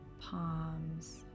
palms